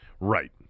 Right